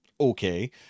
Okay